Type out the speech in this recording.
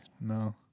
No